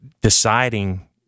deciding